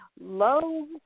low